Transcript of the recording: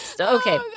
Okay